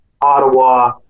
Ottawa